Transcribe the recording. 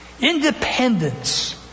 independence